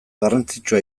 garrantzitsua